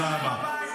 תודה רבה.